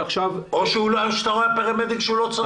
או שהפרמדיק רואה שהוא לא צריך.